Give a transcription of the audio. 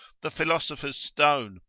the philosopher's stone,